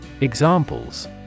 Examples